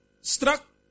struck